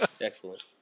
Excellent